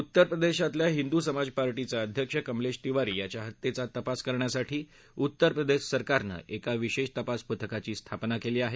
उत्तर प्रदेशातल्या हिदू समाज पार्टीचा अध्यक्ष कमलेश तिवारी याच्या हत्येचा तपास करण्यासाठी उत्तर प्रदेश सरकारनं एका विशेष तपास पथकाची स्थापना केली आहे